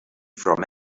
from